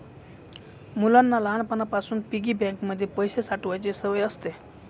मुलांना लहानपणापासून piggy bank मध्ये पैसे साठवायची सवय असते